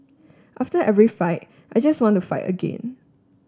after every fight I just want to fight again